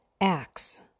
Acts